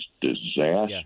disaster